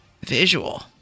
visual